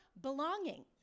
belonging